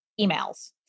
emails